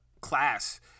class